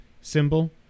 symbol